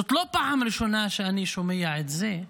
זאת לא פעם ראשונה שאני שומע את זה,